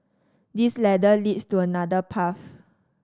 this ladder leads to another path